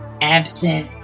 Absent